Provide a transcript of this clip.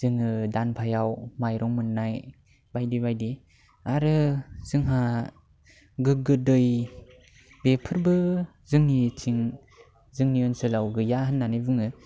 जोङो दानफायाव माइरं मोननाय बायदि बायदि आरो जोंहा गोगो दै बेफोरबो जोंनिथिं जोंनि ओनसोलाव गैया होननानै बुङो